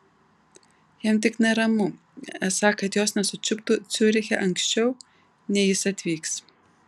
jam tik neramu esą kad jos nesučiuptų ciuriche anksčiau nei jis atvyks